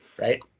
right